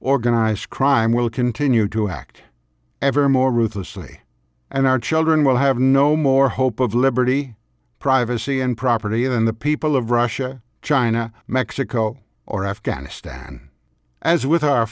organized crime will continue to act evermore ruthlessly and our children will have no more hope of liberty privacy and property than the people of russia china mexico or afghanistan as with our